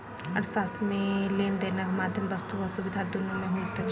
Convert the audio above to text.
अर्थशास्त्र मे लेन देनक माध्यम वस्तु आ सुविधा दुनू मे होइत अछि